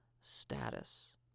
status